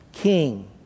King